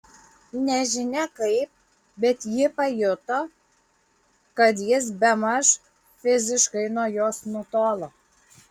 nežinia kaip bet ji pajuto kad jis bemaž fiziškai nuo jos nutolo